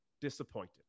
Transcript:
disappointed